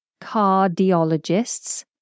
cardiologists